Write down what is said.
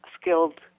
skilled